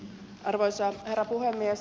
arvoisa herra puhemies